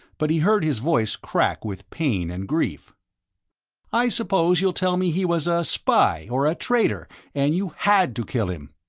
but he heard his voice crack with pain and grief i suppose you'll tell me he was a spy or a traitor and you had to kill him!